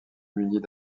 munies